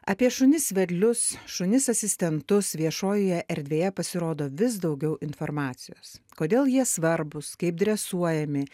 apie šunis vedlius šunis asistentus viešojoje erdvėje pasirodo vis daugiau informacijos kodėl jie svarbūs kaip dresuojami